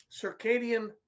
circadian